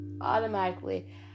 Automatically